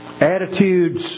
Attitudes